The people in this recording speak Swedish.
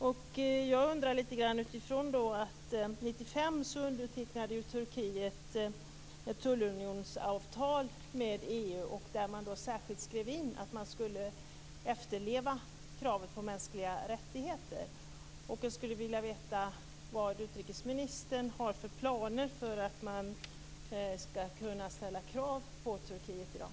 Turkiet underteckande 1995 ett tullunionsavtal med EU, där det särskilt skrevs in att man skulle efterleva kravet på iakttagande av mänskliga rättigheter. Jag skulle vilja veta vilka planer utrikesministern har på att ställa krav på Turkiet i dag.